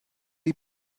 die